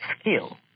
skill